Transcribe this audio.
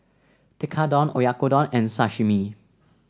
Tekkadon Oyakodon and Sashimi